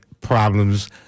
problems